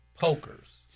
pokers